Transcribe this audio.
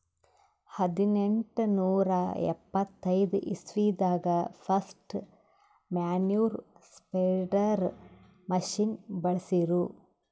ಹದ್ನೆಂಟನೂರಾ ಎಪ್ಪತೈದ್ ಇಸ್ವಿದಾಗ್ ಫಸ್ಟ್ ಮ್ಯಾನ್ಯೂರ್ ಸ್ಪ್ರೆಡರ್ ಮಷಿನ್ ಬಳ್ಸಿರು